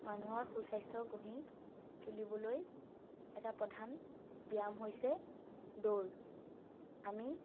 মানুহৰ সু স্বাস্থ্য গঢ়ি তুলিবলৈ এটা প্ৰধান ব্যায়াম হৈছে দৌৰ আমি